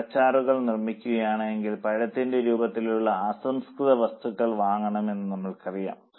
പഴച്ചാറുകൾ നിർമ്മിക്കുകയാണെങ്കിൽ പഴത്തിന്റെ രൂപത്തിലുള്ള അസംസ്കൃത വസ്തുക്കൾ വാങ്ങണമെന്ന് നമ്മൾക്കറിയാം